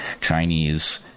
Chinese-